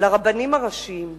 לרבנים הראשיים,